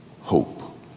Hope